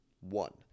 One